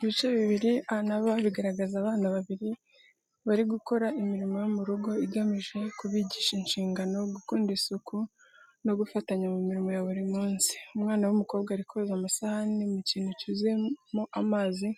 Ibice bibiri A na B bigaragaza abana bari gukora imirimo yo mu rugo, igamije kubigisha inshingano, gukunda isuku no gufatanya mu mirimo ya buri munsi. Umwana w’umukobwa ari koza amasahani mu kintu cyuzuyemo amazi.